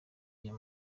ayo